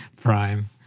prime